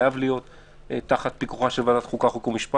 חייב להיות תחת פיקוחה של ועדת החוקה, חוק ומשפט.